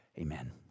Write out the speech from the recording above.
Amen